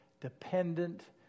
dependent